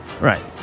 Right